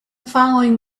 following